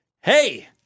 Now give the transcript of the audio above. hey